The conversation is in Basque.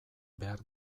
behar